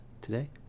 today